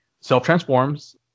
self-transforms